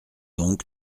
donc